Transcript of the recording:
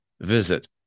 Visit